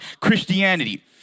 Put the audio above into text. Christianity